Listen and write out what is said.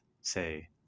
say